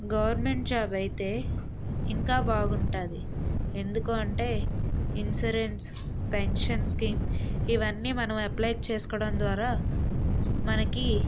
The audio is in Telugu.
గవర్నమెంట్ జాబ్ అయితే ఇంకా బాగుంటుంది ఎందుకు అంటే ఇన్సూరెన్స్ పెన్షన్స్కి ఇవన్నీ మనం అప్లై చేసుకోవడం ద్వారా మనకి